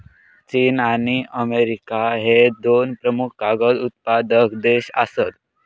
चीन आणि अमेरिका ह्ये दोन प्रमुख कागद उत्पादक देश आसत